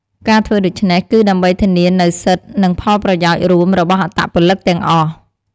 ការធ្វើដូច្នេះ គឺដើម្បីធានានូវសិទ្ធិ និងផលប្រយោជន៍រួមរបស់អត្តពលិកទាំងអស់។